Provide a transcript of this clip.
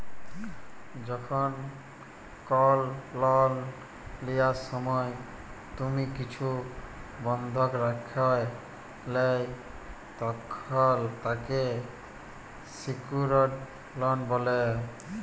যখল কল লন লিয়ার সময় তুমি কিছু বনধক রাখে ল্যয় তখল তাকে স্যিক্যুরড লন বলে